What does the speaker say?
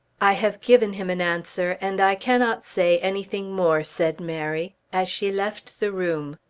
i have given him an answer and i cannot say anything more, said mary as she left the room.